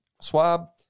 swab